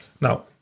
Now